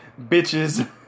bitches